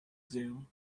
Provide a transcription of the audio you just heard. zoom